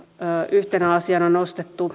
yhtenä asiana nostettu